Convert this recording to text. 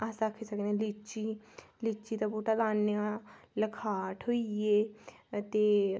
अस आक्खी सकने लीची लीची दा बूह्टा लान्ने आं लखाट होई गे ते